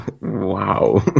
Wow